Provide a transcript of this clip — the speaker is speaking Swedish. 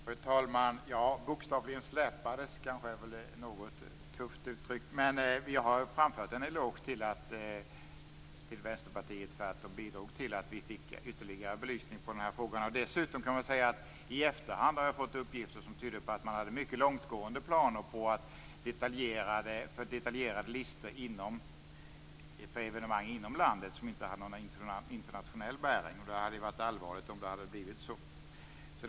Fru talman! "Bokstavligen släpades" är väl lite tufft uttryckt, men vi har framfört en eloge till Vänsterpartiet för att de bidrog till en ytterligare belysning av frågan. I efterhand har jag fått uppgifter som tyder på långtgående planer på detaljerade listor för evenemang inom landet som inte hade någon internationell bäring. Det hade varit allvarligt om det hade blivit så.